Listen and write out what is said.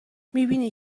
میبینی